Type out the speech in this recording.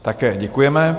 Také děkujeme.